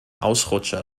ausrutscher